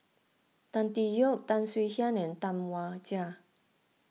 Tan Tee Yoke Tan Swie Hian and Tam Wai Jia